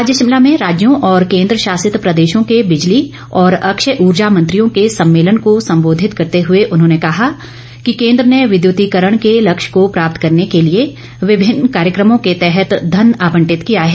आज शिमला में राज्यों और केन्द्र शासित प्रदेशों के बिजली और अक्षय ऊर्जा मंत्रियों के सम्मेलन को सम्बोधित करते हए उन्होंने कहा कि केन्द्र ने विद्युतीकरण के लक्ष्य को प्राप्त करने के लिए विभिन्न कार्यक्रमों के तहत धन आवंटित किया है